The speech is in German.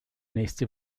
nächste